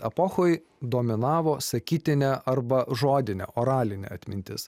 epochoj dominavo sakytinė arba žodinė oralinė atmintis